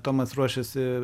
tomas ruošiasi